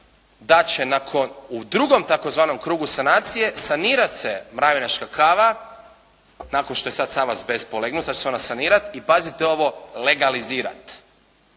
nakon, u drugom tzv. krugu sanacije sanirati se Mravinačka kava nakon što je sad sav azbest polegnut, sad će se ona sanirati i pazite ovo legalizirati.